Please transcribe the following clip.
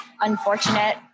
unfortunate